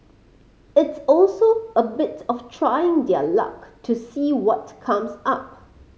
it's also a bit of trying their luck to see what comes up